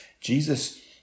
Jesus